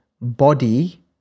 body